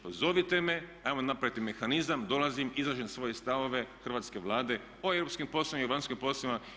Pozovite me, hajmo napraviti mehanizam, dolazim, izlažem svoje stavove hrvatske Vlade o europskim poslovima i vanjskim poslovima.